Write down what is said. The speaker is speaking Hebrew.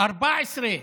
14,